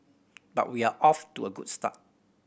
but we're off to a good start